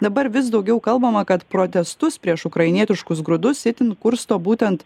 dabar vis daugiau kalbama kad protestus prieš ukrainietiškus grūdus itin kursto būtent